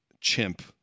chimp